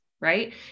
right